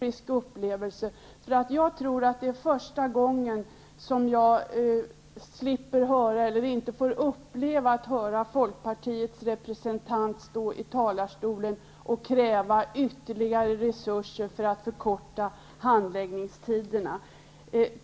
Herr talman! Detta är en ganska märklig -- för att inte säga historisk -- upplevelse. Jag tror att det är första gången som jag slipper höra Folkpartiets representant från talarstolen kräva ytterligare resurser för att förkorta handläggningstiderna.